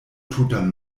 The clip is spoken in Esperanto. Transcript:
tutan